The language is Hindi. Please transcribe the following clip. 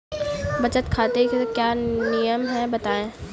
बचत खाते के क्या नियम हैं बताएँ?